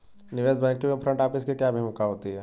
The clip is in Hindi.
निवेश बैंकिंग में फ्रंट ऑफिस की क्या भूमिका होती है?